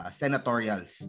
senatorials